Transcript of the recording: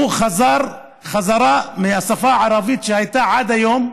חזר בחזרה מהשפה הערבית: עד היום,